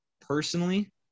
personally